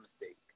mistake